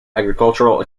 agricultural